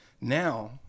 Now